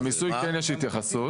במיסוי כן יש התייחסות.